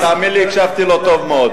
אני, תאמין לי, הקשבתי לו טוב מאוד.